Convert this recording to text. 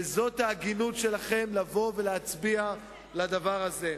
וזאת ההגינות שלכם לבוא ולהצביע לדבר הזה.